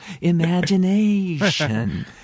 imagination